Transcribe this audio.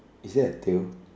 is there a tail